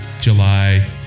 July